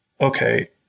okay